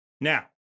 Now